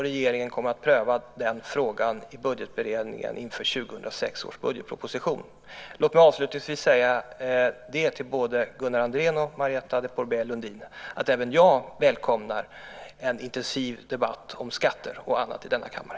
Regeringen kommer att pröva den frågan i budgetberedningen inför 2006 års budgetproposition. Låt mig avslutningsvis säga till både Gunnar Andrén och Marietta de Pourbaix-Lundin att även jag välkomnar en intensiv debatt om skatter och annat i denna kammare.